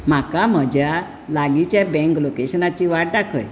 म्हाका म्हज्या लागींच्या बँक लोकेशनाची वाट दाखय